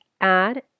add